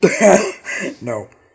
No